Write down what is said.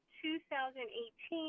2018